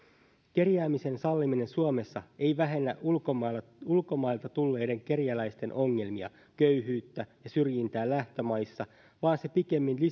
kerjäämisen salliminen suomessa ei vähennä ulkomailta ulkomailta tulleiden kerjäläisten ongelmia köyhyyttä ja syrjintää lähtömaissa vaan se pikemminkin